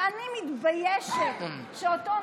שאני מתביישת שאותו נוער בכנסת,